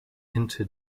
into